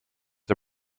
der